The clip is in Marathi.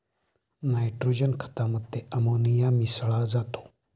नायट्रोजन खतामध्ये अमोनिया मिसळा जातो